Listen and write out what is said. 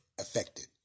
affected